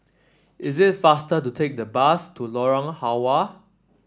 it is faster to take the bus to Lorong Halwa